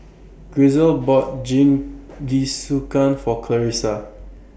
Grisel bought Jingisukan For Clarisa